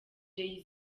jay